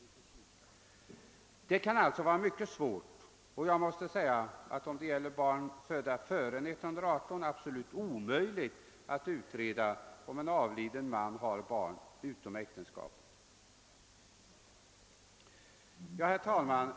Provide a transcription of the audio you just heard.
Det kan alltså vara mycket svårt — om det gäller barn födda före 1918 absolut omöjligt — att utreda, om en avliden man har barn utom äktenskapet. Herr talman!